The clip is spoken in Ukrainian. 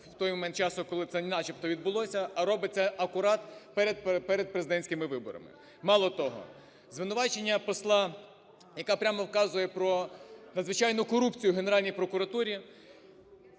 у той момент часу, коли це начебто відбулося, а робить це акурат перед президентськими виборами. Мало того, звинувачення посла, яка прямо вказує про надзвичайну корупцію в Генеральній прокуратурі,